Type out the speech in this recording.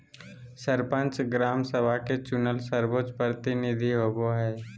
सरपंच, ग्राम सभा के चुनल सर्वोच्च प्रतिनिधि होबो हइ